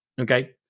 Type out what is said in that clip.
Okay